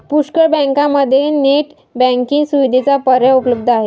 पुष्कळ बँकांमध्ये net banking सुविधेचा पर्याय उपलब्ध आहे